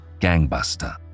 gangbuster